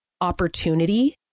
opportunity